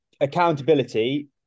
accountability